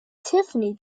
tiffany